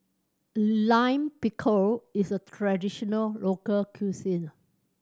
Lime Pickle is a traditional local cuisine